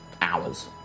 hours